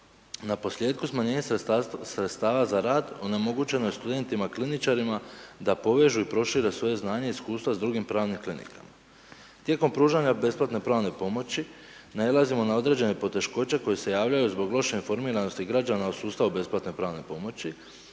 Naposljetku, smanjenje sredstava za rad, onemogućeno je studentima kliničarima da povežu i prošire svoje znanje i iskustva s drugim pravnim klinikama. Tijekom pružanja besplatne pravne pomoći, nailazimo na određen poteškoće koje se javljaju zbog loše informiranosti građana u sustavu besplatne pravne pomoći,